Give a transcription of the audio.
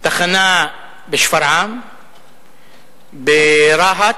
תחנה בשפרעם, ברהט.